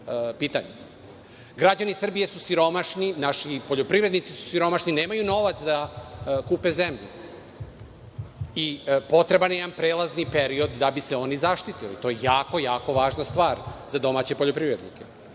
Građani Srbije su siromašni, naši poljoprivrednici su siromašni, nemaju novac da kupe zemlju i potreban je jedan prelazni period da bi se oni zaštitili. To je jako, jako važna stvar za domaće poljoprivrednike. Domaća